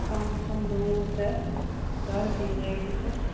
कम से कम दुनू सऽ दस दिन लागि जेतै